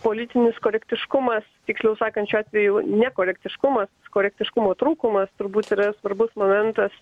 politinis korektiškumas tiksliau sakant šiuo atveju nekorektiškumas korektiškumo trūkumas turbūt yra svarbus momentas